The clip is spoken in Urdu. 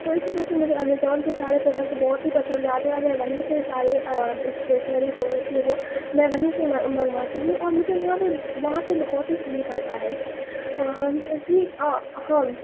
تو اس وجہ مجھے امیزون کے سارے پروڈکڈس بہت ہی پسند آتے ہیں اور میں وہیں سے سارے اسٹیشنری جو ہوتی ہے وہ میں وہیں سے منگواتی ہوں اور مجھے وہاں پہ وہاں سے بہت ہی صحیح پڑتا ہے ٹھیک ہاں